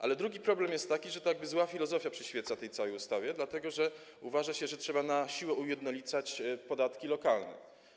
A drugi problem jest taki, że jakby zła filozofia przyświeca tej całej ustawie, dlatego że uważa się, że trzeba na siłę ujednolicać podatki lokalne.